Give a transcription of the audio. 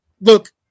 look